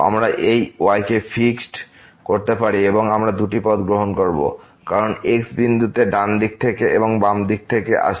আমরা এই y কে ফিক্সড করতে পারি এবং আমরা এই দুটি পথ গ্রহণ করবো কারণ x এই বিন্দুতে ডান দিক থেকে বা বাম দিক থেকে আসে